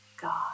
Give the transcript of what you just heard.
God